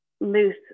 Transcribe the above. loose